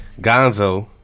Gonzo